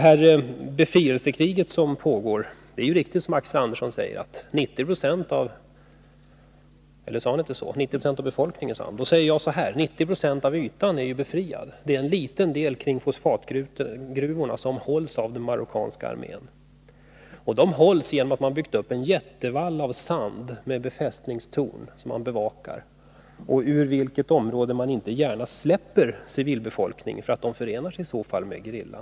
Axel Andersson nämnde det befrielsekrig som pågår och talade i det sammanhanget om 90 96 av befolkningen. Jag säger då: 90 96 av ytan är befriad. Det är en liten del kring fosfatgruvorna som hålls av den marockanska armén, genom att den har byggt upp en jättevall av sand med befästningstorn som den bevakar. Ur detta område släpper man inte gärna civilbefolkningen, eftersom den i så fall förenar sig med gerillan.